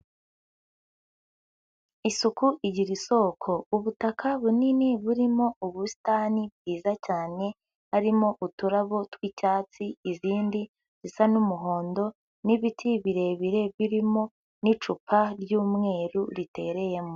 Isuku igira isoko. Ubutaka bunini burimo ubusitani bwiza cyane harimo uturabo tw'icyatsi izindi zisa n'umuhondo n'ibiti birebire birimo n'icupa ry'umweru ritereyemo.